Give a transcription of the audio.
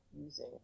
using